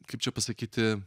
kaip čia pasakyti